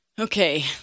Okay